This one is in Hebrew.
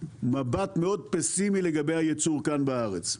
מבט מאוד פסימי לגבי הייצור כאן בארץ.